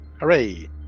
Hooray